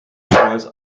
otherwise